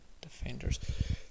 defenders